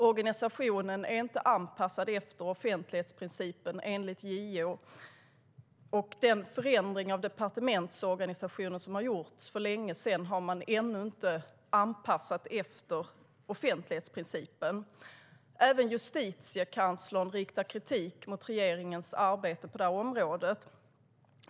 Organisationen är inte anpassad efter offentlighetsprincipen enligt JO, och den förändring av departementsorganisationen som har gjorts för länge sedan har man ännu inte anpassat efter offentlighetsprincipen. Även Justitiekanslern riktar kritik mot regeringens arbete på detta område.